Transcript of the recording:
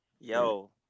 yo